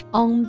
on